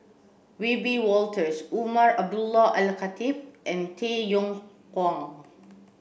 Wiebe Wolters Umar Abdullah Al Khatib and Tay Yong Kwang